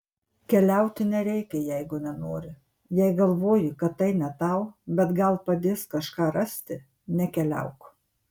keliauti nereikia jeigu nenori jei galvoji kad tai ne tau bet gal padės kažką rasti nekeliauk